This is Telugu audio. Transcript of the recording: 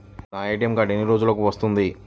నా ఏ.టీ.ఎం కార్డ్ ఎన్ని రోజులకు వస్తుంది?